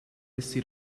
essi